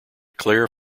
claire